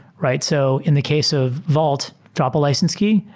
right? so in the case of vault, drop a license key,